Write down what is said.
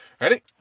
Ready